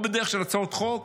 או בדרך של הצעות חוק